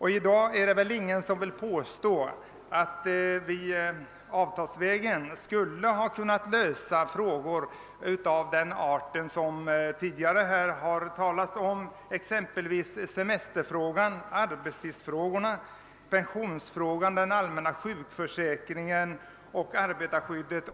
I dag är det väl ingen som vill påstå, att vi avtalsvägen skulle ha kunnat lösa frågor av den art som tidigare har diskuterats, exempelvis semesterfrågan, arbetstidsfrågorna, pensionsfrågan, frågorna om den allmänna pensionsförsäkringen och om arbetarskyddet.